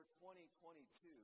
2022